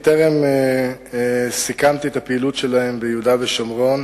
טרם סיכמתי את הפעילות שלהם ביהודה ושומרון